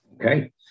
Okay